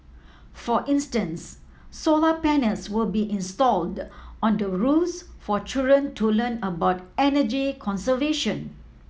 for instance solar panels will be installed on the roofs for children to learn about energy conservation